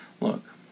Look